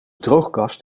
droogkast